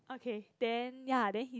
okay then ya then he's